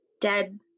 dead